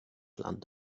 land